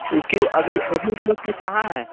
क्यों अभी अभी इस वक्त वो कहाँ है